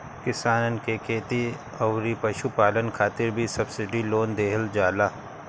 किसानन के खेती अउरी पशुपालन खातिर भी सब्सिडी लोन देहल जाला